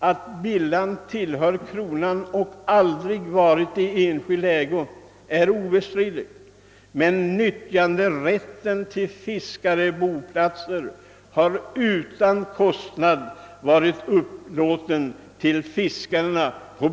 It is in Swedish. Att Bilhamn tillhör kronan och aldrig varit i enskild ägo är obestridligt. Men nyttjanderätten till fiskarboplatser har utan kostnad varit upplåten till fiskarna.